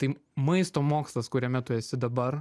tai maisto mokslas kuriame tu esi dabar